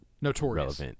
notorious